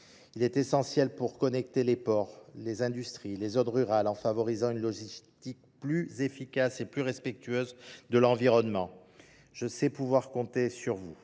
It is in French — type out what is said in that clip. Il est essentiel pour connecter les ports, les industries, les zones rurales, en favorisant une logistique plus efficace et plus respectueuse de l'environnement. Je sais pouvoir compter sur vous.